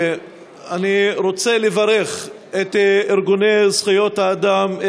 אני רוצה לברך את ארגוני זכויות האדם,